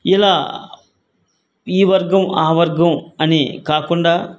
ఇలా ఈ వర్గం ఆ వర్గం అని కాకుండా